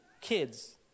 kids